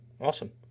Awesome